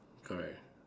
correct